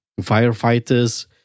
firefighters